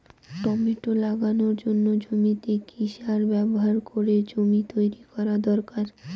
Tomato লাগানোর জন্য জমিতে কি সার ব্যবহার করে জমি তৈরি করা দরকার?